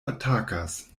atakas